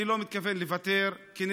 אני לא מתכוון לוותר,